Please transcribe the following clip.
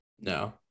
No